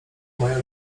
mają